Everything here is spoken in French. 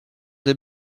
des